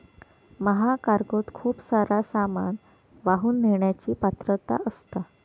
महाकार्गोत खूप सारा सामान वाहून नेण्याची पात्रता असता